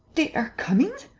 they are coming!